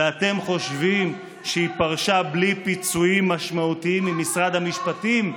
ואתם חושבים שהיא פרשה בלי פיצויים משמעותיים ממשרד המשפטים?